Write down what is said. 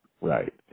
Right